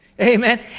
Amen